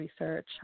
research